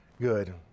good